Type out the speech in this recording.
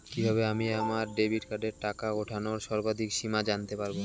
কিভাবে আমি আমার ডেবিট কার্ডের টাকা ওঠানোর সর্বাধিক সীমা জানতে পারব?